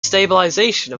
stabilization